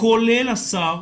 כולל השר,